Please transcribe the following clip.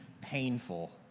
painful